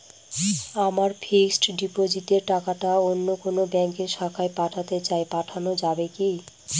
আমার ফিক্সট ডিপোজিটের টাকাটা অন্য কোন ব্যঙ্কের শাখায় পাঠাতে চাই পাঠানো যাবে কি?